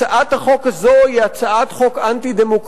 הצעת החוק הזאת היא הצעת חוק אנטי-דמוקרטית,